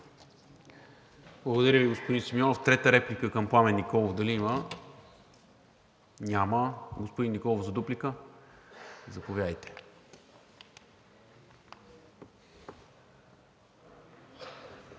Благодаря, господин Симеонов. Трета реплика към Пламен Николов дали има? Няма. Господин Николов – за дуплика? Заповядайте.